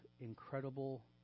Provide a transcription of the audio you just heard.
incredible